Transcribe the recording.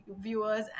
viewers